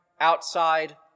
outside